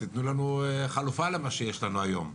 תנו לנו חלופה למה שיש היום.